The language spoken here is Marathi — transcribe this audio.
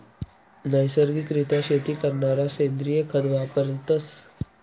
नैसर्गिक रित्या शेती करणारा सेंद्रिय खत वापरतस